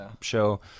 show